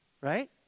right